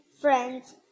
friends